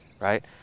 right